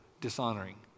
dishonoring